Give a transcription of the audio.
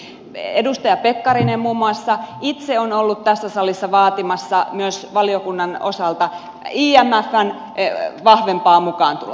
muun muassa edustaja pekkarinen itse on ollut tässä salissa vaatimassa myös valiokunnan osalta imfn vahvempaa mukaantuloa